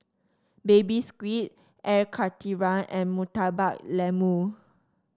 Baby Squid Air Karthira and Murtabak Lembu